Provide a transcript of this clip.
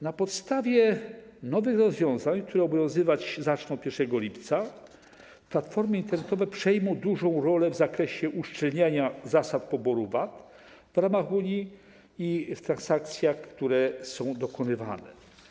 Na podstawie nowych rozwiązań, które zaczną obowiązywać 1 lipca, platformy internetowe przejmą dużą rolę w zakresie uszczelniania zasad poboru VAT w ramach Unii w transakcjach, które są dokonywane.